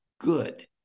good